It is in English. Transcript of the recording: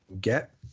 get